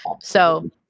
So-